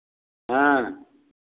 हाँ